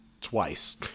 twice